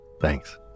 Thanks